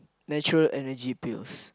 natural Energy Pills